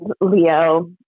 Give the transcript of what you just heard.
Leo